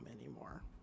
anymore